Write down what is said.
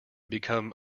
become